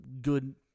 good